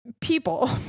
people